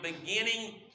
beginning